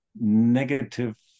negative